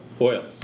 Oil